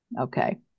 Okay